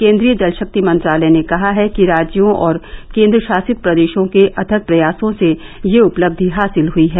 केन्द्रीय जल शक्ति मंत्रालय ने कहा है कि राज्यों और केंद्रशासित प्रदेशों के अथक प्रयासों से यह उपलब्धि हासिल हुई है